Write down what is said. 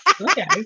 okay